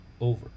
over